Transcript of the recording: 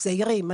צעירים,